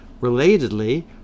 Relatedly